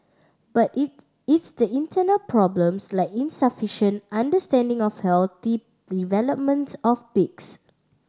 but it's the internal problems like insufficient understanding of healthy developments of pigs